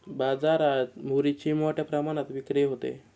बाजारात मुरीची मोठ्या प्रमाणात विक्री होते